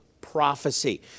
prophecy